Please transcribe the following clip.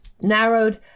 narrowed